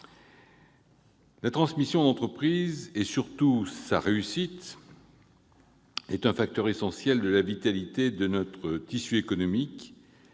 La transmission d'entreprise, et surtout sa réussite, est un facteur essentiel de la vitalité de notre tissu économique,